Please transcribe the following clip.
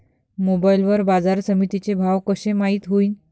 Mobile वर बाजारसमिती चे भाव कशे माईत होईन?